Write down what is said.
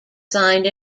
signed